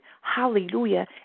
hallelujah